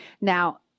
Now